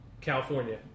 California